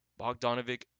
Bogdanovic